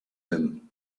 him